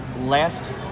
last